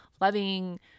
loving